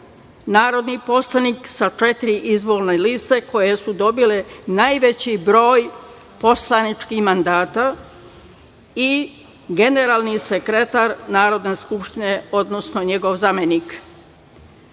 narodni poslanik sa četiri izborne liste koje su dobile najveći broj poslaničkih mandata i generalni sekretar Narodne skupštine, odnosno njegov zamenik. Pošto